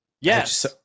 Yes